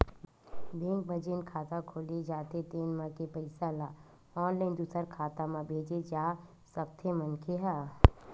bank म जेन खाता खोले जाथे तेन म के पइसा ल ऑनलाईन दूसर खाता म भेजे जा सकथे मनखे ह